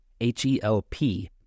H-E-L-P